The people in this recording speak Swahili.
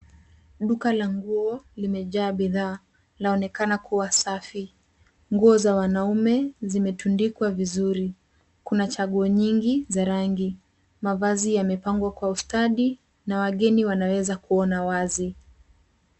Duka la nguo, limejaa bidhaa, laonekana kuwa safi. Nguo za wanaume zimetundikwa vizuri. Kuna chaguo nyingi za rangi. Mavazi yamepangwa kwa ustadi na wageni wanaweza kuona wazi.